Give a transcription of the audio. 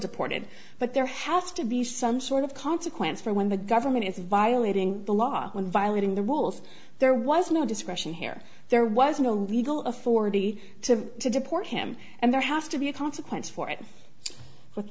deported but there has to be some sort of consequence for when the government is violating the law when violating the rules there was no discretion here there was no legal authority to deport him and there has to be a consequence for it with